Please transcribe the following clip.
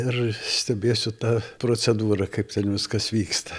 ir stebėsiu tą procedūrą kaip ten viskas vyksta